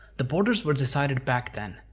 the borders were decided back then.